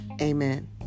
amen